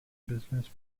business